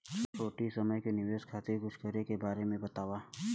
छोटी समय के निवेश खातिर कुछ करे के बारे मे बताव?